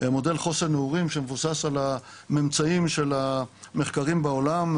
מודל חוסן נעורים שמבוסס על הממצאים של המחקרים בעולם,